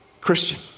Christian